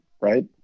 right